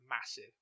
massive